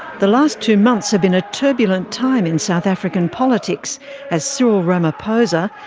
the last two months have been a turbulent time in south african politics as cyril ramaphosa,